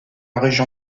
région